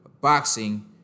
boxing